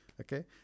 Okay